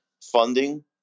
funding